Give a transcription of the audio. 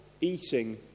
eating